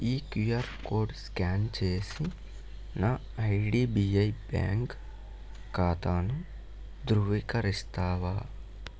ఈ QR code scan చేసి నా ఐడిబిఐ బ్యాంక్ ఖాతాను ధృవీకరిస్తావా